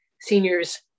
seniors